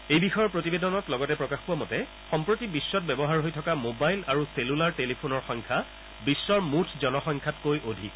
এই বিষয়ৰ প্ৰতিবেদনত লগতে প্ৰকাশ পোৱা মতে সম্প্ৰতি বিশ্বত ব্যৱহাৰ হৈ থকা মোবাইল আৰু চেলুলাৰ টেলিফোনৰ সংখ্যা বিশ্বৰ মুঠ জনসংখ্যাতকৈ অধিক